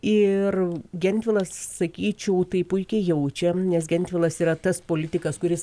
ir gentvilas sakyčiau tai puikiai jaučia nes gentvilas yra tas politikas kuris